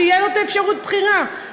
שתהיה לו אפשרות הבחירה,